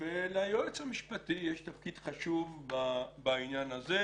וליועץ המשפטי יש תפקיד חשוב בעניין הזה,